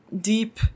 deep